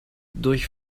durch